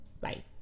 Bye